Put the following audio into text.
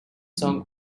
song